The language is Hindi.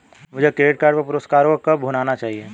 मुझे क्रेडिट कार्ड पर पुरस्कारों को कब भुनाना चाहिए?